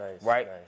right